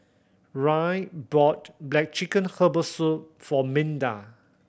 Rae bought black chicken herbal soup for Minda